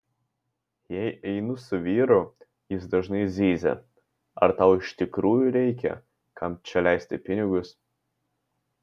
jei einu su vyru jis dažnai zyzia ar tau iš tikrųjų reikia kam čia leisti pinigus